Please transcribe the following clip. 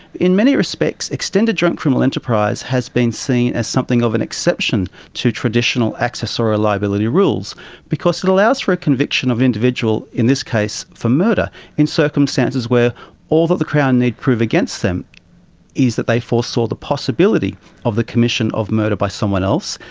in many respects, extended joint criminal enterprise has been seen as something of an exception to traditional accessorial liability rules because it allows for a conviction of an individual in this case for murder in circumstances where all that the crown need to prove against them is that they foresaw the possibility of the commission of murder by someone else.